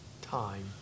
time